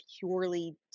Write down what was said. purely